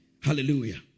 Hallelujah